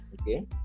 okay